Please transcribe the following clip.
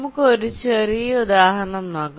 നമുക്ക് ഒരു ചെറിയ ഉദാഹരണം നോക്കാം